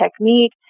technique